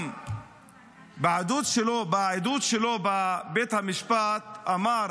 גם בעדות שלו בבית המשפט אמר